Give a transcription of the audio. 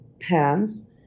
pans